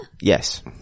yes